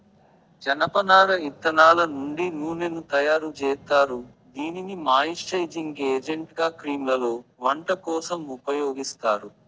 జనపనార ఇత్తనాల నుండి నూనెను తయారు జేత్తారు, దీనిని మాయిశ్చరైజింగ్ ఏజెంట్గా క్రీమ్లలో, వంట కోసం ఉపయోగిత్తారు